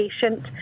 patient